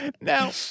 Now